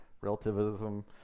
relativism